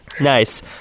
Nice